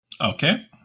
Okay